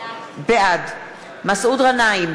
בעד מסעוד גנאים,